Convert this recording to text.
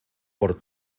por